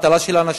האבטלה של הנשים,